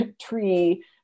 tree